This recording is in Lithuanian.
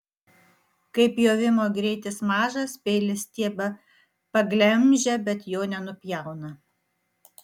kai pjovimo greitis mažas peilis stiebą paglemžia bet jo nenupjauna